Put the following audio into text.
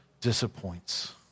disappoints